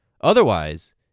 Otherwise